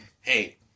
hey